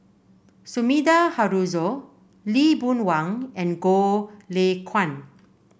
Sumida Haruzo Lee Boon Wang and Goh Lay Kuan